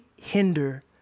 hinder